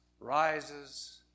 rises